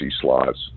slots